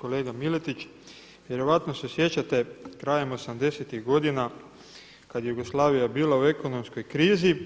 Kolega Miletić, vjerojatno se sjećate krajem '80.-tih godina kada je Jugoslavija bila u ekonomskoj krizi